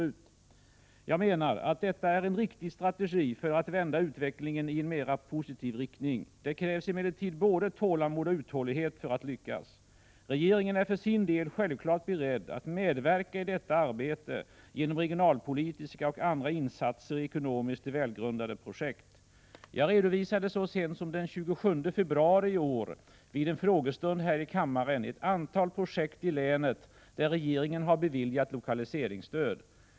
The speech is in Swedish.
Jag menar att detta är en riktig strategi för att vända utvecklingen i en mera positiv riktning. Det krävs emellertid både tålamod och uthållighet för att lyckas. Regeringen är för sin del självklart beredd att medverka i detta arbete genom regionalpolitiska och andra insatser i ekonomiskt välgrundade projekt. Jag redovisade så sent som den 27 februari i år vid en frågestund här i kammaren ett antal projekt i länet där regeringen har beviljat lokaliseringsstöd.